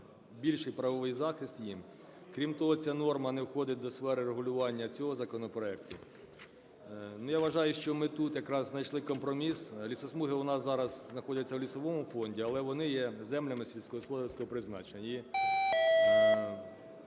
більший правовий захист їм. Крім того, ця норма не входить до сфери регулювання цього законопроекту. Ну, я вважаю, що ми тут якраз знайшли компроміс. Лісосмуги в нас зараз знаходяться в лісовому фонді, але вони є землями сільськогосподарського призначення.